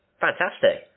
Fantastic